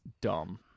dumb